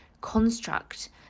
construct